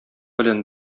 белән